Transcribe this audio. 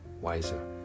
wiser